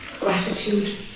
gratitude